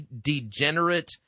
degenerate